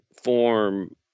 form